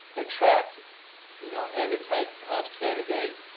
attract you know any type of candidate